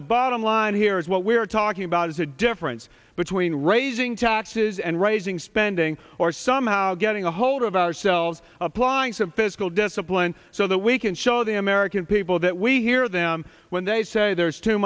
the bottom line here is what we're talking about is the difference between raising taxes and raising spending or somehow getting a hold of ourselves applying some physical discipline so that we can show the american people that we hear them when they say there's too